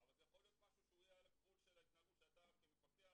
אבל זה יכול להיות משהו שעל הגבול שאתה כמפקח,